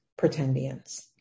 pretendians